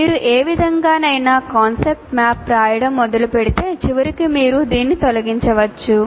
మీరు ఏ విధంగానైనా కాన్సెప్ట్ మ్యాప్ రాయడం మొదలుపెడితే చివరికి మీరు దీన్ని తొలగించవచ్చు